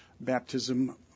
baptism